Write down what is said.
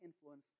influence